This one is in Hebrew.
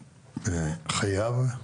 חייב,